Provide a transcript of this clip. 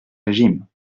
régime